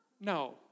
No